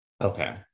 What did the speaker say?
Okay